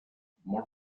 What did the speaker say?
more